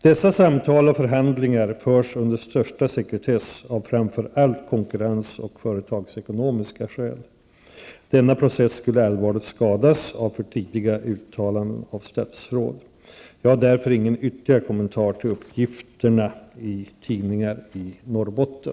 Dessa samtal och förhandlingar förs under största sekretess, av framför allt konkurrens och företagsekonomiska skäl. Denna process skulle allvarligt skadas av för tidiga uttalanden av statsråd. Jag har därför ingen ytterligare kommentar till uppgifterna i tidningar i Norrbotten.